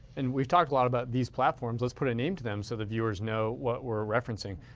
and we've talked a lot about these platforms. let's put a name to them so the viewers know what we're referencing.